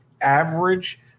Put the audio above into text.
average